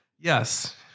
Yes